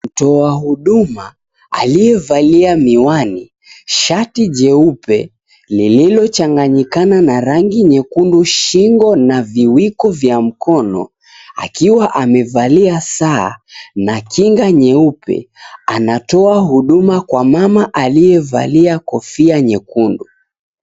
Mtoa huduma aliyevalia miwani, shati jeupe liliochanganyikana na rangi nyekundu shingo na viwiko vya mkono, akiwaamevalia saa na kinga nyeupe anatoa huduma kwa mama aliyevalia kofia nyekundu.